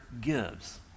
gives